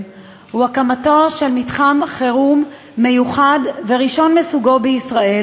הוא מתחם חירום מיוחד וראשון מסוגו בישראל,